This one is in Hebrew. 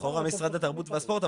לכאורה משרד התרבות והספורט,